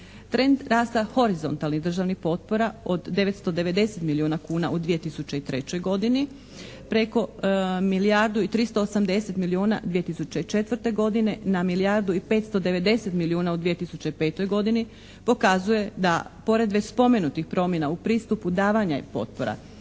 Trend rasta horizontalnih državnih potpora od 990 milijuna kuna u 2003. godini preko milijardu i 380 milijuna 2004. godine na milijardu i 590 milijuna u 2005. godini pokazuje da pored već spomenutih promjena u pristupu davanja potpora